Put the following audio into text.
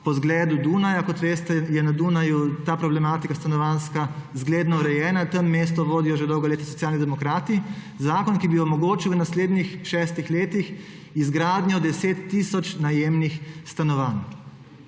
po zgledu Dunaja. Kot veste, je na Dunaju ta stanovanjska problematika zgledno urejena. Tam mesto vodijo že dolga leta Socialni demokrati. Zakon bi omogočil v naslednjih šestih letih izgradnjo deset tisoč najemnih stanovanj.